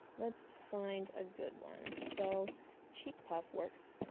let's find a good one, so cheek puff works.